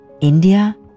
India